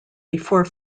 before